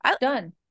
done